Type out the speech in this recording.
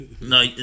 No